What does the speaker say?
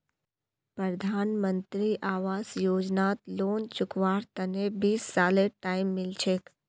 प्रधानमंत्री आवास योजनात लोन चुकव्वार तने बीस सालेर टाइम मिल छेक